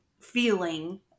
feeling